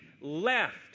left